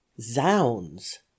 Zounds